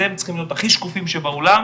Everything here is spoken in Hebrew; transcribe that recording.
אתם צריכים להיות הכי שקופים שבעולם,